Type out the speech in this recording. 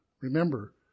remember